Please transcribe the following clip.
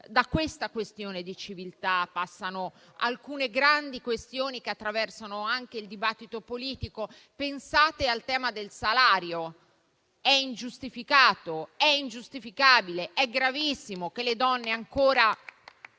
Da questa questione di civiltà ne passano alcune altre grandi, che attraversano il dibattito politico. Pensate al tema del salario: è ingiustificato, ingiustificabile e gravissimo che le donne abbiano